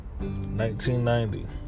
1990